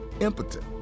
impotent